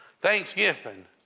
Thanksgiving